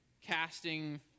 casting